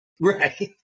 Right